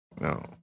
No